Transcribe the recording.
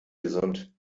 gesund